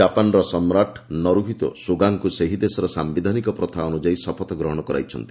ଜାପାନର ସମ୍ରାଟ ନରୁହିତୋ ସୁଗାଙ୍କୁ ସେହି ଦେଶର ସାୟିଧାନିକ ପ୍ରଥା ଅନୁଯାୟୀ ଶପଥ ଗ୍ରହଣ କରାଇଛନ୍ତି